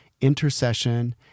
intercession